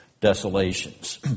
Desolations